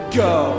go